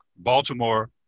Baltimore